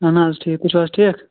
اَہَن حظ ٹھیٖک تُہۍ چھُو حظ ٹھیٖک